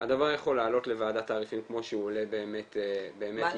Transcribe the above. הדבר יכול לעלות לוועדת תעריפים כמו שהוא עולה באמת -- בתוך